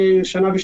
(היו"ר מיכאל מלכיאלי, 13:45)